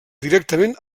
directament